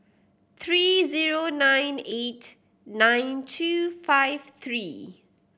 three zero nine eight nine two five three